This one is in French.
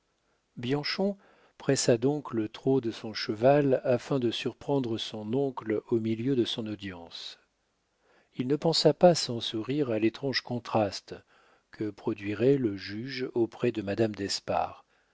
misérable bianchon pressa donc le trot de son cheval afin de surprendre son oncle au milieu de son audience il ne pensa pas sans sourire à l'étrange contraste que produirait le juge auprès de madame d'espard